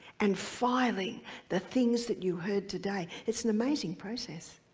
and filing the things that you heard today. it's an amazing process.